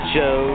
Show